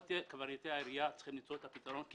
קברניטי העירייה צריכים למצוא את הפתרון כי